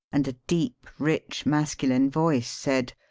and a deep, rich, masculine voice said,